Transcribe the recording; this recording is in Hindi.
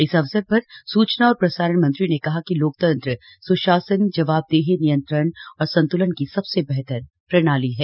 इस अवसर पर सूचना और प्रसारण मंत्री ने कहा कि लोकतंत्र स्शासन जवाबदेही नियंत्रण और संत्लन की सबसे बेहतर प्रणाली है